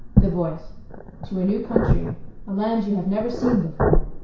the voice to a new country a land you have never seen before.